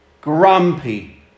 grumpy